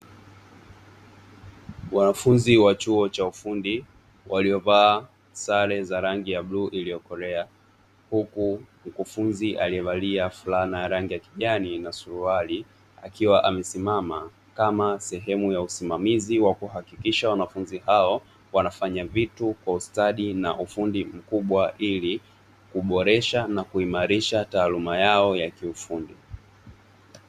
Wanafunzi wa chuo cha ufundi waliovaa sare za rangi ya bluu iliyokolea; huku mkufunzi aliye valia fulana ya rangi ya kijani na suruali, akiwa amesimama kama sehemu ya usimamizi wa kuhakikisha wanafunzi hao wanafanya vitu kwa ustadi na ufundi mkubwa ili kuboresha na kuimarisha taaaluma yao ya kiufundi.